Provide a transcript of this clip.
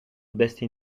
bestia